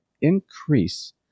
increase